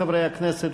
חברי הכנסת,